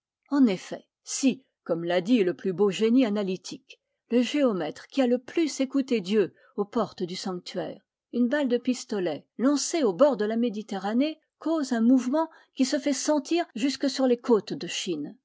en effet si comme l'a dit le plus beau génie analytique le géomètre qui a le plus écouté dieu aux portes du sanctuaire une balle de pistolet lancée au bord de la méditerranée cause un mouvement qui se fait sentir jusque sur les côtes de chine